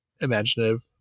imaginative